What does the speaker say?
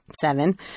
seven